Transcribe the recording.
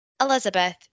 Elizabeth